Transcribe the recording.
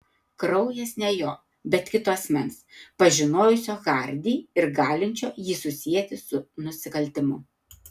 kraujas ne jo bet kito asmens pažinojusio hardį ir galinčio jį susieti su nusikaltimu